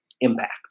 impact